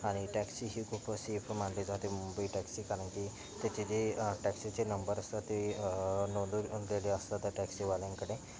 आणि टॅक्सी ही खूप सेफ मानली जाते मुंबई टॅक्सी कारण की त्याचे जे टॅक्सीचे नंबर असतात ते नोंदव नोंदलेले असतात त्या टॅक्सीवाल्यांकडे